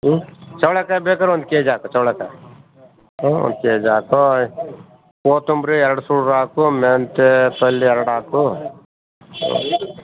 ಹ್ಞೂ ಚೌಳಿಕಾಯ್ ಬೇಕಾರೆ ಒಂದು ಕೆ ಜಿ ಹಾಕು ಚೌಳಿಕಾಯ್ ಹ್ಞೂ ಒಂದು ಕೆ ಜಿ ಹಾಕು ಕೊತ್ತುಂಬ್ರಿ ಎರಡು ಸೂಸು ಹಾಕು ಮೆಂತೆ ಪಲ್ಲೆ ಎರಡು ಹಾಕು